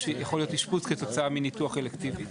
זה יכול להיות אשפוז כתוצאה מניתוח אלקטיבי.